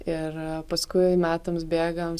ir paskui metams bėgant